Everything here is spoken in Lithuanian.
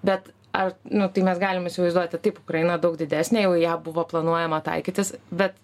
bet ar nu tai mes galim įsivaizduoti taip ukraina daug didesnė jau į ją buvo planuojama taikytis bet